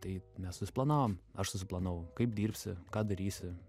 tai mes susiplanavom aš susiplanavau kaip dirbsi ką darysi